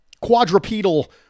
quadrupedal